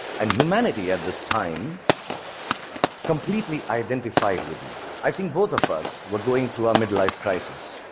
and humanity at this time completely identified with me. i think both of us were going through our midlife crisis,